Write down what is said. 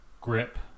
grip